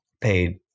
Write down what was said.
paid